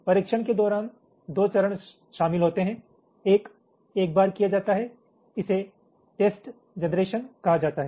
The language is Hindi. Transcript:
परीक्षण के दौरान दो चरण शामिल होते हैं एक एक बार किया जाता है इसे टेस्ट जनरेशन कहा जाता है